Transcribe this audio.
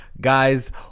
guys